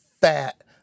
fat